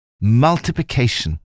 Multiplication